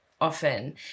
often